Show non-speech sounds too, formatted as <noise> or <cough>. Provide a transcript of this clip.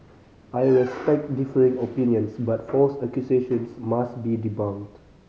<noise> I respect differing opinions but false accusations must be debunked